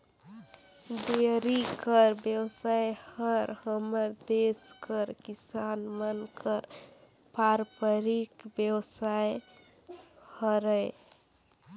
dairy कर बेवसाय हर हमर देस कर किसान मन कर पारंपरिक बेवसाय हरय